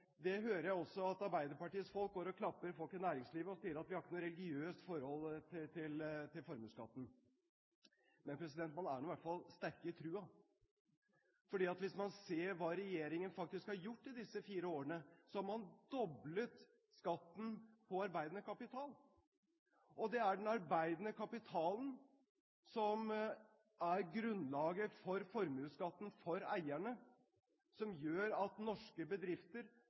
Jeg hører også at Arbeiderpartiets folk går rundt og klapper folk i næringslivet, og sier: Vi har ikke noe religiøst forhold til formuesskatten. Men man er nå i hvert fall sterke i troen, for hvis man ser hva regjeringen faktisk har gjort i disse fire årene, vil man se at man har doblet skatten på arbeidende kapital. Og det er den arbeidende kapitalen, som er grunnlaget for formuesskatten for eierne, som gjør at norske bedrifter,